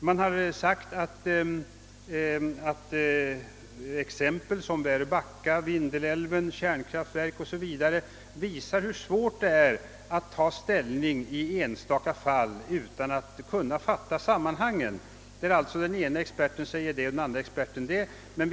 Man har sagt att exempel som Väröbacka, Vindelälven, kärnkraftverk o.s.v. bevisar hur svårt det är att ta ställning i enstaka fall utan att ha klart för sig sammanhanget. Den ene experten säger si och den andre så.